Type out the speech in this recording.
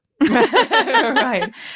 right